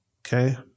Okay